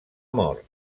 mort